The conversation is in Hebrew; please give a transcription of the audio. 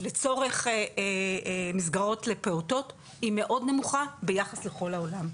לצורך מסגרות לפעוטות היא מאוד נמוכה ביחס לכל העולם.